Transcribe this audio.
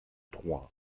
trois